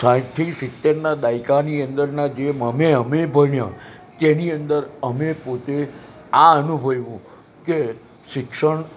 સાઠથી સિત્તેરનાં દાયકાની અંદરના જેમ અમે અમે ભણ્યાં તેની અંદર અમે પોતે આ અનુભવ્યું કે શિક્ષણ